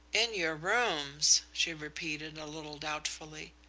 in your rooms, she repeated, a little doubtfully.